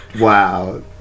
wow